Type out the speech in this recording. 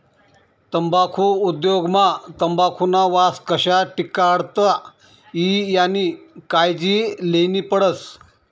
तम्बाखु उद्योग मा तंबाखुना वास कशा टिकाडता ई यानी कायजी लेन्ही पडस